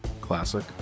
Classic